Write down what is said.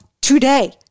today